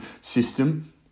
system